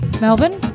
Melbourne